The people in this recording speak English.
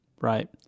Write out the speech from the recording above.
right